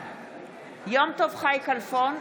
בעד יום טוב חי כלפון,